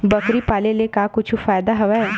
बकरी पाले ले का कुछु फ़ायदा हवय?